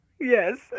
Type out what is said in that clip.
Yes